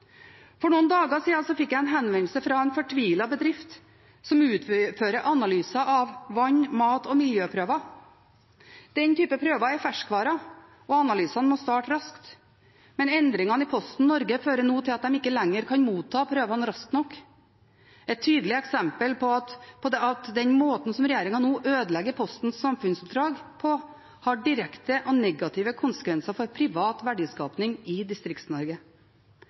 For noen dager siden fikk jeg en henvendelse fra en fortvilet bedrift som utfører analyser av vann-, mat- og miljøprøver. Den typen prøver er ferskvare, og analysene må starte raskt. Men endringene i Posten Norge fører nå til at de ikke lenger kan motta prøvene raskt nok – et tydelig eksempel på at den måten som regjeringen nå ødelegger Postens samfunnsoppdrag på, har direkte og negative konsekvenser for privat verdiskaping i